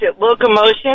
locomotion